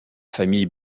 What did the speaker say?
famille